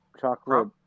chocolate